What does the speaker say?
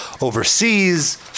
overseas